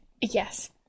yes